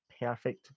Perfect